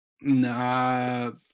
No